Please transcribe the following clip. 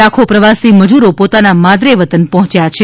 લાખો પ્રવાસી મજુરો પોતાના માદરે વતન પહોંચ્યા છે